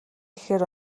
гэхээр